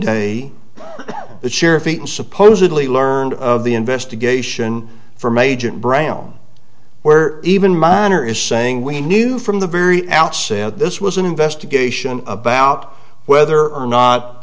day the sheriff and supposedly learned of the investigation from agent brown where even minor is saying we knew from the very outset this was an investigation about whether or not